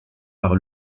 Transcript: par